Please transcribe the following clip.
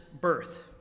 birth